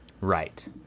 Right